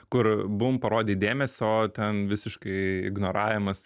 kur bum parodai dėmesį o ten visiškai ignoravimas